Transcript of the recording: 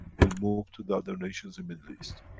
will move to the other nations in middle east,